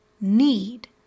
need